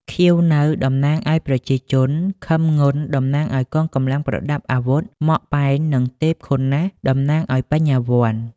ខៀវ នៅ តំណាងឱ្យប្រជាជន ខឹម ងុន តំណាងឱ្យកងកម្លាំងប្រដាប់អាវុធ ម៉ក់ បេន និង ទេព ឃុនណាល់ តំណាងឱ្យ បញ្ញវន្ត។